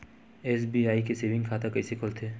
SBI के saving खाता कइसे खोलथे?